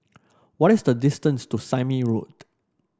what is the distance to Sime Road